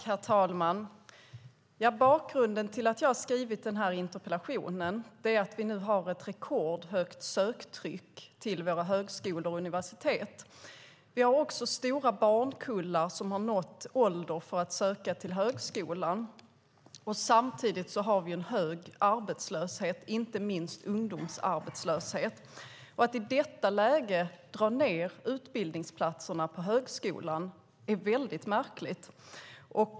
Herr talman! Bakgrunden till att jag har skrivit den här interpellationen är att vi nu har ett rekordhögt söktryck till våra högskolor och universitet. Vi har också stora barnkullar som har nått ålder för att söka till högskolan. Samtidigt har vi en hög arbetslöshet, inte minst ungdomsarbetslöshet. Att i detta läge dra ned utbildningsplatserna på högskolan är väldigt märkligt.